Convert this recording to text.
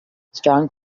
strong